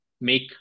make